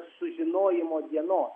sužinojimo dienos